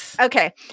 Okay